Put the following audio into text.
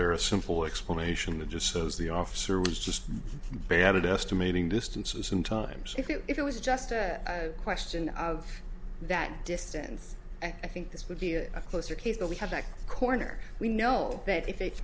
there a simple explanation of just so's the officer was just bad at estimating distance and sometimes if it was just a question of that distance i think this would be a closer case that we have the corner we know that if it's